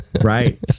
Right